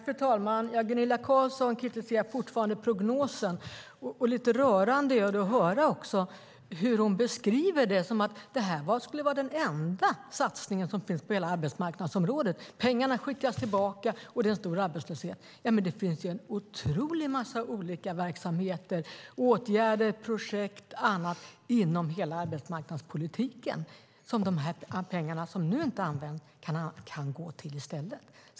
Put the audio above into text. Fru talman! Gunilla Carlsson kritiserar fortfarande prognosen. Och lite rörande är det att höra hur hon beskriver det som att detta skulle vara den enda satsning som finns på hela arbetsmarknadsområdet, att pengarna skickas tillbaka och det är en stor arbetslöshet. Men det finns ju en otrolig massa olika verksamheter - åtgärder, projekt och annat - inom hela arbetsmarknadspolitiken som de pengar som nu inte används kan gå till i stället.